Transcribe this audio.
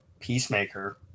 Peacemaker